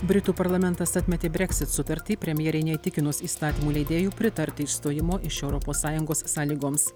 britų parlamentas atmetė breksit sutartį premjerei neįtikinus įstatymų leidėjui pritarti išstojimo iš europos sąjungos sąlygoms